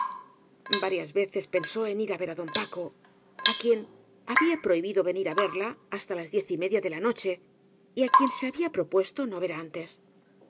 varias veces pensó en ir á ver á don paco á quien había prohibido venir á verla hasta las diez y media de la noche y á quien se había pro puesto no ver antes